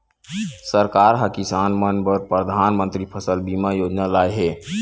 सरकार ह किसान मन बर परधानमंतरी फसल बीमा योजना लाए हे